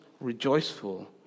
rejoiceful